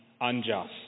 unjust